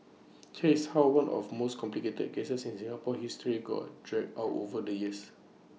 here is how one of most complicated cases in Singapore's history got dragged out over the years